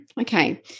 okay